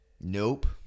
Nope